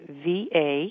va